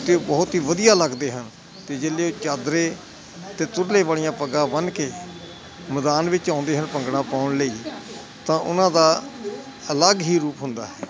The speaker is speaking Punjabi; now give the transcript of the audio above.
ਅਤੇ ਬਹੁਤ ਹੀ ਵਧੀਆ ਲੱਗਦੇ ਹਨ ਅਤੇ ਜਿਹੜੇ ਚਾਦਰੇ 'ਤੇ ਤੁਰਲੇ ਵਾਲੀਆਂ ਪੱਗਾਂ ਬੰਨ ਕੇ ਮੈਦਾਨ ਵਿੱਚ ਆਉਂਦੇ ਹਨ ਭੰਗੜਾ ਪਾਉਣ ਲਈ ਤਾਂ ਉਹਨਾਂ ਦਾ ਅਲੱਗ ਹੀ ਰੂਪ ਹੁੰਦਾ ਹੈ